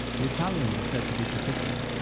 the italians are said to be particular.